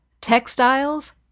textiles